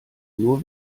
nur